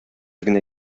генә